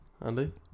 Andy